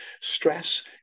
stress